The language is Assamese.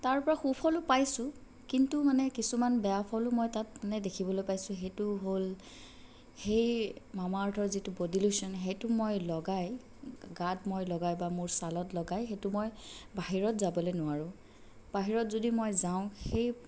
তাৰ পৰা সুফলো পাইছোঁ কিন্তু মানে কিছুমান বেয়া ফলো মই তাত মানে দেখিবলৈ পাইছোঁ সেইটো হ'ল সেই মামা আৰ্থৰ যিটো ব'ডী লোচন সেইটো মই লগাই গাত মই লগাই বা মোৰ ছালত লগাই সেইটো মই বাহিৰত যাবলে নোৱাৰোঁ বাহিৰত যদি মই যাওঁ সেই